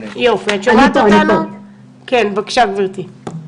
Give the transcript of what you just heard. בבקשה, גברתי.